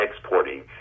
exporting